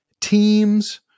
teams